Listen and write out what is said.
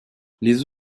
les